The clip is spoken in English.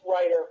writer